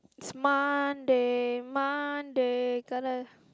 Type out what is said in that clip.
it's Monday Monday gonna